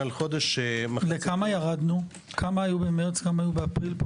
כמה היו במרס, כמה היו באפריל?